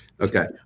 Okay